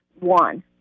one